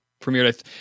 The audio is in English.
premiered